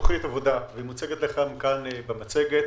והיא מוצגת כאן במצגת.